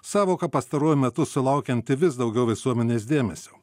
sąvoka pastaruoju metu sulaukianti vis daugiau visuomenės dėmesio